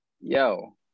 yo